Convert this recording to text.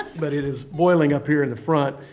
but it is boiling up here in the front.